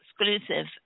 exclusive